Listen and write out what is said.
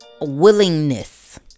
willingness